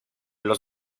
los